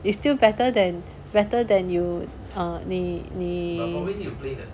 it's still better than better than you err 你你